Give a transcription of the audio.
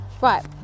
Right